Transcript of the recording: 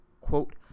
quote